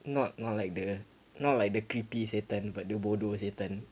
not not like the not like the creepy satan but the bodoh satan